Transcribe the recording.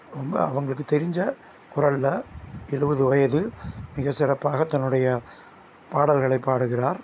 ரொம்ப அவங்களுக்கு தெரிஞ்ச குரலில் எழுபது வயது மிகச்சிறப்பாக தன்னுடைய பாடல்களை பாடுகிறார்